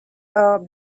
are